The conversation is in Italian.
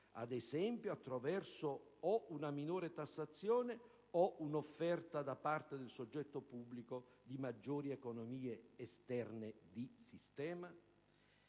ad esempio, attraverso o una minore tassazione o un'offerta da parte del soggetto pubblico di maggiori economie esterne di sistema?